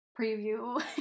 preview